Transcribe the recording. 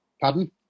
Pardon